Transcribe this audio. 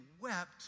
wept